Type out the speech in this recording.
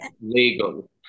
legal